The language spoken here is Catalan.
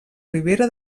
ribera